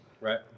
Right